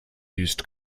used